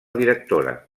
directora